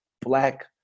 black